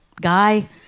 guy